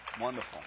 wonderful